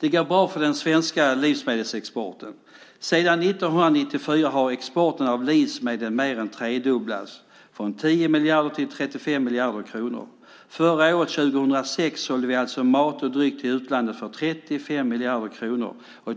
Det går bra för den svenska livsmedelsexporten. Sedan 1994 har exporten av livsmedel mer än tredubblats, från 10 miljarder till 35 miljarder kronor. Förra året, 2006, sålde vi alltså mat och dryck till utlandet för 35 miljarder kronor.